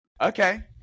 Okay